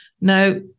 Now